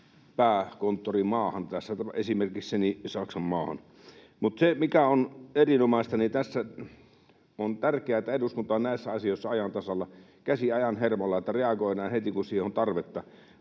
pääkonttorimaahan, tässä esimerkissäni Saksan maahan. Mutta se, mikä on erinomaista ja tässä tärkeää, on, että eduskunta on näissä asioissa ajan tasalla, käsi ajan hermolla, ja että reagoidaan heti, kun siihen on tarvetta.